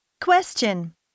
Question